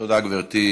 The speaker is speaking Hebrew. תודה, גברתי.